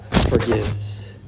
forgives